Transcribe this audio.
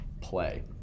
play